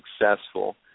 successful